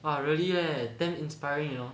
!wah! really leh damn inspiring you know